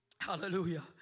Hallelujah